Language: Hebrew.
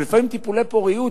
ולפעמים לטיפולי פוריות,